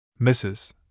Mrs